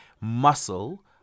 muscle